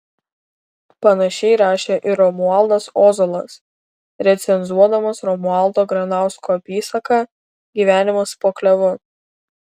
panašiai rašė ir romualdas ozolas recenzuodamas romualdo granausko apysaką gyvenimas po klevu